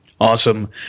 Awesome